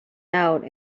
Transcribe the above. out